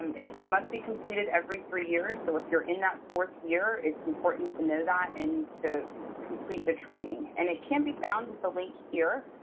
it must be completed every three years. so if you're in that fourth year, it's important to know that and to complete the training. and it can be found with the link here.